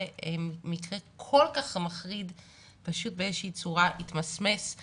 ייפסקו ושמקרה כל כך מחריד יתמסמס באיזושהי צורה